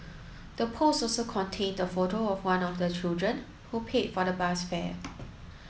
the post also contained a photo of one of the children who paid for the bus fare